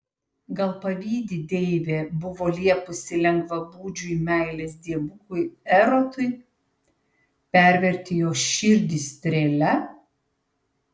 gal pavydi deivė buvo liepusi lengvabūdžiui meilės dievukui erotui perverti jos širdį strėle